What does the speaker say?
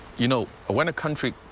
you know, when a country